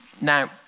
Now